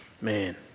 man